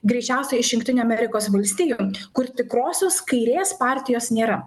greičiausiai iš jungtinių amerikos valstijų kur tikrosios kairės partijos nėra